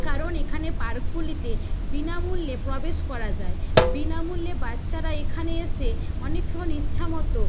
কারণ এখানে পার্কগুলিতে বিনামূল্যে প্রবেশ করা যায় বিনামূল্যে বাচ্চারা এখানে এসে অনেকক্ষণ ইচ্ছা মতো